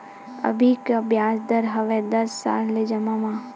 अभी का ब्याज दर हवे दस साल ले जमा मा?